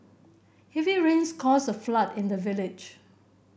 heavy rains caused a flood in the village